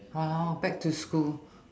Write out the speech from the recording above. !walao! back to school